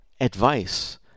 advice